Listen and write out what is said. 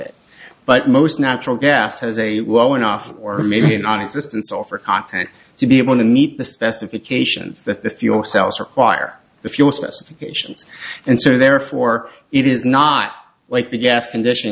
it but most natural gas has a low enough or may not exist and so for content to be able to meet the specifications that the fuel cells require the fuel specifications and so therefore it is not like the gas conditioning